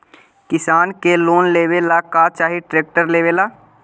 किसान के लोन लेबे ला का चाही ट्रैक्टर लेबे ला?